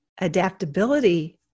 adaptability